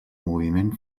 moviment